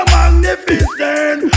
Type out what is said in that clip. magnificent